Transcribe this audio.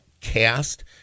cast